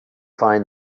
find